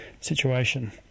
situation